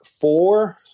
four